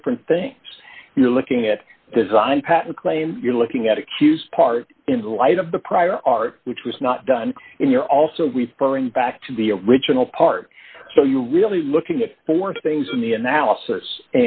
different things you're looking at design patent claim you're looking at accused part in light of the prior art which was not done in you're also referring back to be original parts so you're really looking at four things in the analysis